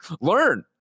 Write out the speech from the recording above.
Learn